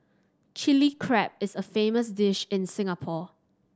Chilli Crab is a famous dish in Singapore